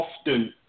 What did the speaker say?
often